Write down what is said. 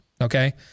okay